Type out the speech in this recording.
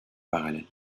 parallèle